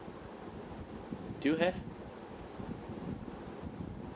do you have